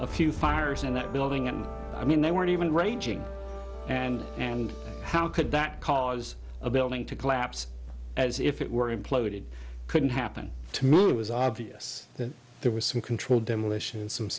a few fires in that building and i mean they weren't even ranging and and how could that cause a building to collapse as if it were imploded couldn't happen to me it was obvious that there was some controlled demolition some